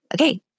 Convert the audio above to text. okay